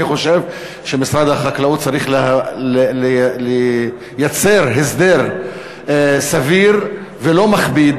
אני חושב שמשרד החקלאות צריך לייצר הסדר סביר ולא מכביד